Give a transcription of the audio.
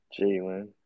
Jalen